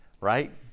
right